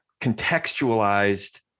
contextualized